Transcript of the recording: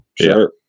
Sure